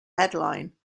headline